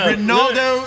Ronaldo